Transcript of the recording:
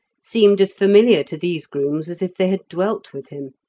seemed as familiar to these grooms as if they had dwelt with him.